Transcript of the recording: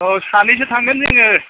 औ सानैसो थांगोन जोङो